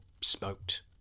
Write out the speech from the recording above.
smoked